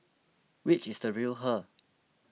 which is the real her